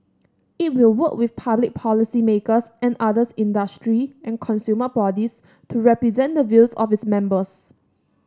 it will work with public policymakers and others industry and consumer bodies to represent the views of its members